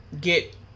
get